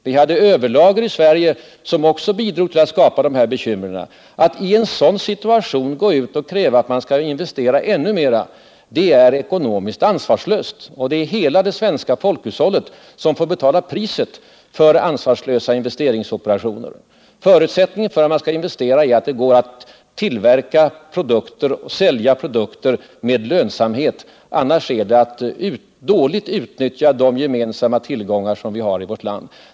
Vi hade överlager i Sverige, som också bidrog till att skärpa svårigheterna. Att i en sådan situation gå ut och kräva att man skall investera ännu mer är ekonomiskt ansvarslöst, och det blir hela det svenska folkhushållet som får betala priset för ansvarslösa investeringsoperationer. Förutsättningen för att man skall investera är att det går att tillverka och sälja varor med lönsamhet — annars är det att dåligt utnyttja de gemensamma tillgångar som vi har i vårt land.